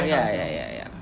ya ya ya ya